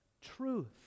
truth